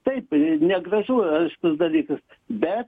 taip negražu aiškus dalykas be